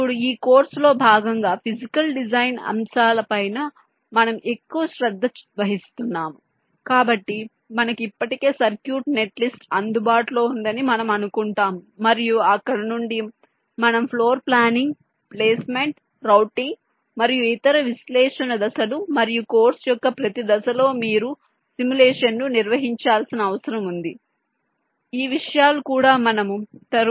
ఇప్పుడు ఈ కోర్సులో భాగంగా ఫిజికల్ డిజైన్ అంశాల పైన మనము ఎక్కువ శ్రద్ధ వహిస్తున్నాము కాబట్టి మనకు ఇప్పటికే సర్క్యూట్ నెట్ లిస్ట్ అందుబాటులో ఉందని మనం అనుకుంటాము మరియు అక్కడ నుండి మనం ఫ్లోర్ ప్లానింగ్ ప్లేస్మెంట్ రౌటింగ్ మరియు ఇతర విశ్లేషణ దశలు మరియు కోర్సు యొక్క ప్రతి దశలో మీరు సిములేషన్ ను నిర్వహించాల్సిన అవసరం ఉంది ఈ విషయాలు కూడా మనం తరువాత చర్చిస్తాము